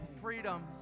freedom